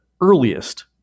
earliest